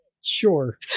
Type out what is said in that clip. Sure